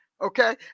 Okay